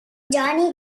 johnny